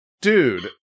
dude